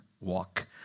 walk